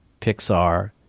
Pixar